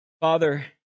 Father